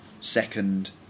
second